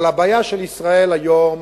אבל הבעיה של ישראל היום,